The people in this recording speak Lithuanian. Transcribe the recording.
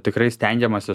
tikrai stengiamasi